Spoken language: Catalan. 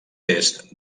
est